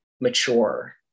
mature